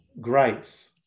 grace